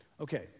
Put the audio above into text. Okay